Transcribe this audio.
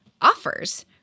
offers